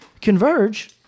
converge